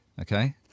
okay